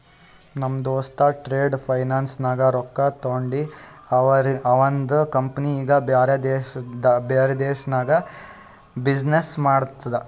ನಮ್ ದೋಸ್ತ trade finance ನಾಗ್ ರೊಕ್ಕಾ ತೊಂಡಿ ಅವಂದ ಕಂಪನಿ ಈಗ ಬ್ಯಾರೆ ದೇಶನಾಗ್ನು ಬಿಸಿನ್ನೆಸ್ ಮಾಡ್ತುದ